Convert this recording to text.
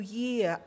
year